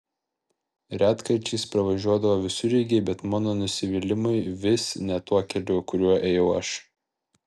retkarčiais pravažiuodavo visureigiai bet mano nusivylimui vis ne tuo keliu kuriuo ėjau aš